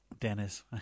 Dennis